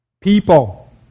people